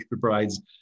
provides